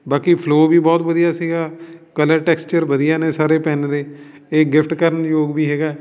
ਬਾਕੀ ਫਲੋ ਵੀ ਬਹੁਤ ਵਧੀਆ ਸੀਗਾ ਕਲਰ ਟੈਕਸਚਰ ਵਧੀਆ ਨੇ ਸਾਰੇ ਪੈੱਨ ਦੇ ਇਹ ਗਿਫਟ ਕਰਨ ਯੋਗ ਵੀ ਹੈਗਾ